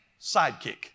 sidekick